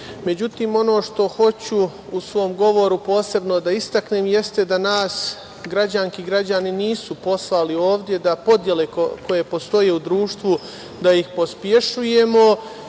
kulture.Međutim, ono što hoću u svom govoru posebno da istaknem, jeste da nas građanke i građani nisu poslali ovde da podele koje postoje u društvu da ih pospešujemo,